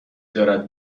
دارد